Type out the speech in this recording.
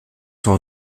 sont